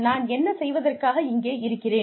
நான் என்ன செய்வதற்காக இங்கே இருக்கிறேன்